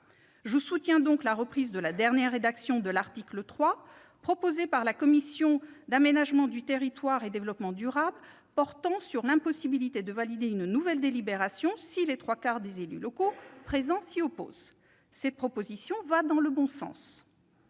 Je soutiens donc la reprise de la dernière rédaction de l'article 3 proposée par la commission de l'aménagement du territoire et du développement durable, prévoyant l'impossibilité de valider une nouvelle délibération si les trois quarts des représentants des élus locaux présents s'y opposent. Cette proposition va dans le bon sens.